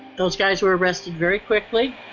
those guys were arrested very quickly.